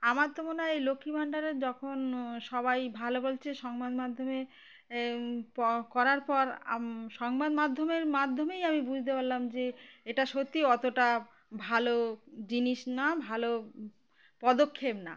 আমার তো মনে হয় এই লক্ষ্মী ভাণ্ডারে যখন সবাই ভালো বলছে সংবাদ মাধ্যমে প করার পর আম সংবাদ মাধ্যমের মাধ্যমেই আমি বুঝতে পারলাম যে এটা সত্যি অতটা ভালো জিনিস না ভালো পদক্ষেপ না